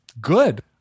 good